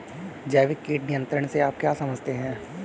जैविक कीट नियंत्रण से आप क्या समझते हैं?